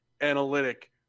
analytic